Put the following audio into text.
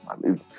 man